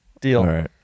deal